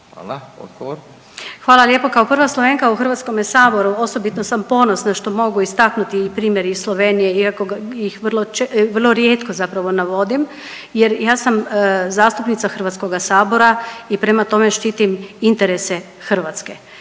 Barbara (SDP)** Hvala lijepo. Kao prva Slovenka u HS osobito sam ponosna što mogu istaknuti i primjer iz Slovenije iako ih vrlo rijetko zapravo navodim jer ja sam zastupnica HS i prema tome štitim interese Hrvatske.